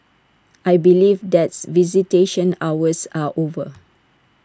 I believe that's visitation hours are over